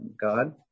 God